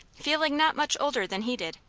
feeling not much older than he did,